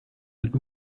mit